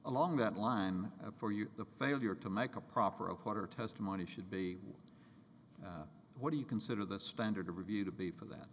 along that line for you the failure to make a proper a quarter testimony should be what do you consider the standard of review to be for that